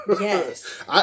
yes